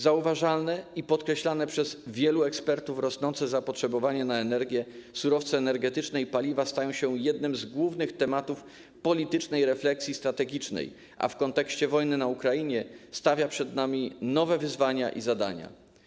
Zauważalne i podkreślane przez wielu ekspertów rosnące zapotrzebowanie na energię, surowce energetyczne i paliwa staje się jednym z głównych tematów politycznej refleksji strategicznej, a w kontekście wojny na Ukrainie stawia przed nami nowe wyzwania i zadania.